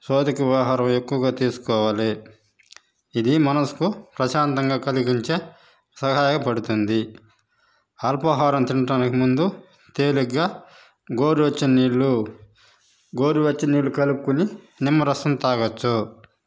సాత్విక ఆహారం ఎక్కువగా తీసుకోవాలి ఇది మనసుకు ప్రశాంతంగా కలిగించే సహాయ పడుతుంది అల్పాహారం తినడానికి ముందు తేలికగా గోరు వెచ్చని నీళ్ళు గోరు వెచ్చని నీళ్ళు కలుపుకొని నిమ్మరసం తాగవచ్చు